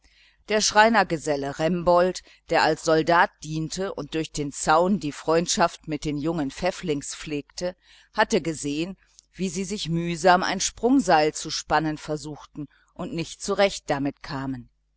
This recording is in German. der schreinersgeselle remboldt der als soldat diente und durch den zaun die freundschaft mit den jungen pfäfflings pflegte hatte gesehen wie sie sich mühsam ein sprungseil zu spannen versuchten und nicht zurecht damit kamen